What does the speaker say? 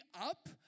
up